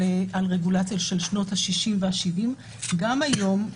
רגולציה של שנות השישים והשבעים אלא גם היום,